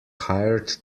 hired